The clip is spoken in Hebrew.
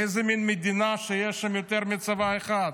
איזו מין מדינה, שיש שם יותר מצבא אחד?